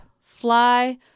fly